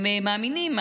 הם מאמינים,